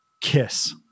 kiss